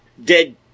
dead